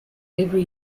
every